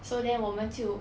so then 我们就